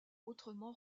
autrement